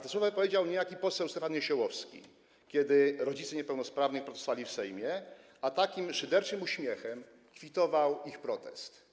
Te słowa wypowiedział niejaki poseł Stefan Niesiołowski, kiedy rodzice niepełnosprawnych protestowali w Sejmie, a takim szyderczym uśmiechem kwitował ich protest.